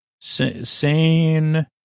Sane